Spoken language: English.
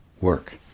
work